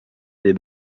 des